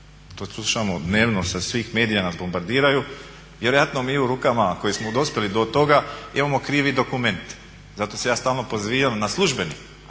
To slušamo dnevno sa svih medija nas bombardiraju. Vjerojatno mi u rukama koji smo dospjeli do toga imamo krivi dokument. I zato se ja stalno pozivam na službeni